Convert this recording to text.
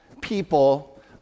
people